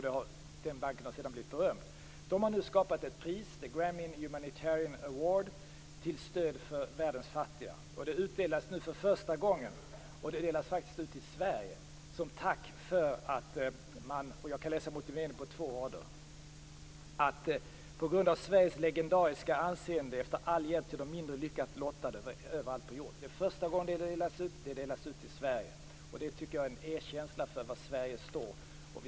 Den banken har sedan blivit berömd. De har nu skapat ett pris, The Grameen Humanitarian Award, till stöd för världens fattiga. Det utdelas nu för första gången, och det delas faktiskt ut till Sverige. Jag kan läsa motiveringen på två rader: På grund av Sveriges legendariska anseende och efter all hjälp till de mindre lyckligt lottade överallt på jorden. Det är första gången det delas ut, och det delas ut till Sverige. Jag tycker att det är en erkänsla för vad Sverige står för.